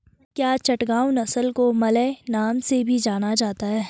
क्या चटगांव नस्ल को मलय नाम से भी जाना जाता है?